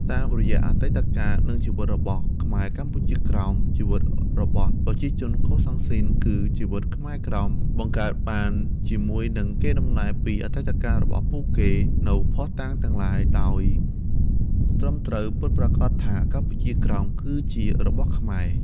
តាមរយៈអតីតកាល និងជីវិតរបស់ខ្មែរកម្ពុជាក្រោម ជីវិតរបស់ប្រជាជនកូសាំងស៊ីន គឺជីវិតខ្មែរក្រោម បង្កើតបានជាមួយនិងកេរដំណែលពីអតីតកាលរបស់ពួកគេ នូវភស្តុតាងទាំងឡាយដោយត្រឹមត្រូវពិតប្រាកដថា កម្ពុជាក្រោម គឺជារបស់ខ្មែរ ។